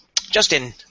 Justin